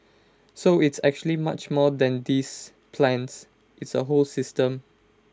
so it's actually much more than these plans it's A whole system